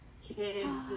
kids